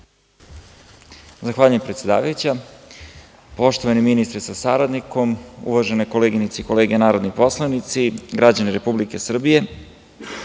Zahvaljujem predsedavajuća. Poštovani ministre, sa saradnikom, uvažene koleginice i kolege narodni poslanici, građani Republike Srbije,